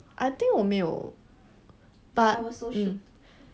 I think 我没有 but